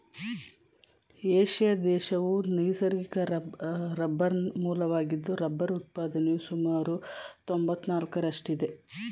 Asia ದೇಶವು ನೈಸರ್ಗಿಕ ರಬ್ಬರ್ನ ಮೂಲವಾಗಿದ್ದು ರಬ್ಬರ್ ಉತ್ಪಾದನೆಯು ಸುಮಾರು ತೊಂಬತ್ನಾಲ್ಕರಷ್ಟಿದೆ